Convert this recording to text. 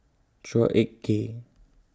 Chua Ek Kay